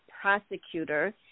prosecutor